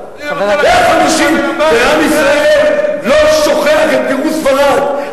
150,000. ועם ישראל לא שוכח את גירוש ספרד.